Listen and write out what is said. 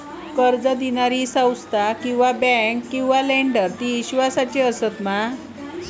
कर्ज दिणारी ही संस्था किवा बँक किवा लेंडर ती इस्वासाची आसा मा?